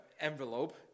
envelope